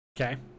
Okay